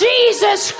Jesus